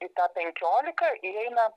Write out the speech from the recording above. į tą penkiolika įeina